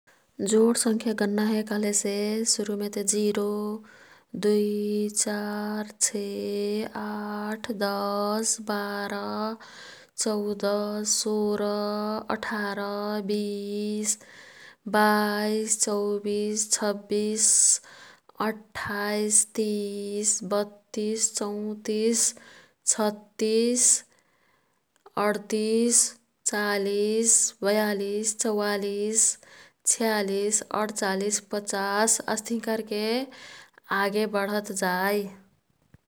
जोड संख्या गन्ना हे कह्लेसे सुरुमे ते जिरो, दुई, चार, छे, आठ, दस, बारा, चौदा, सोह्रा, अठरा, बिस, बाईस, चौबिस, छब्बिस, अठ्ठईस, तिस, बत्तिस, चौतिस, छत्तिस, अरतिस, चालिस, बयालिस, चौवालिस, छियालिस, अरचालिस, पच्चास अस्तिही कर्के आगे बढत जाई।